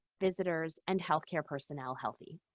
visitors, and healthcare personnel healthy.